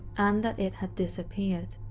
and that it had disappeared.